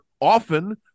often